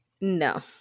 No